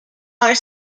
are